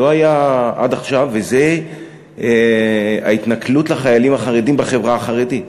לא הייתה עד עכשיו ההתנכלות לחיילים החרדים בחברה החרדית.